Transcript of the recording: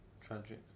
Tragic